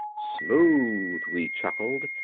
smooth! we chuckled.